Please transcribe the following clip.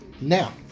Now